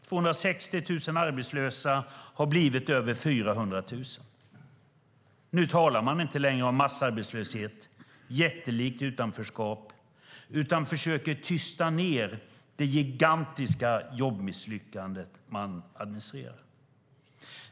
260 000 arbetslösa har blivit över 400 000. Nu talar man inte längre om massarbetslöshet och jättelikt utanförskap utan försöker tysta ned det gigantiska jobbmisslyckandet.